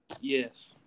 Yes